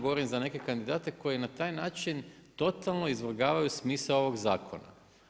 Govorim za neke kandidate koji na taj način totalno izvrgavaju smisao ovog zakona.